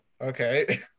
okay